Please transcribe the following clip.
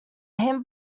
hint